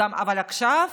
אבל עכשיו